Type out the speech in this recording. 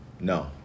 No